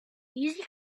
easy